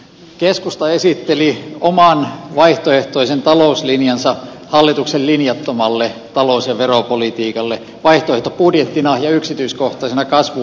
keskusta esitteli oman vaihtoehtoisen talouslinjansa hallituksen linjattomalle talous ja veropolitiikalle vaihtoehtobudjettina ja yksityiskohtaisena kasvuohjelmana